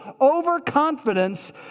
overconfidence